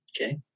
Okay